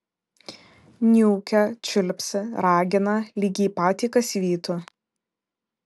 niūkia čiulpsi ragina lyg jį patį kas vytų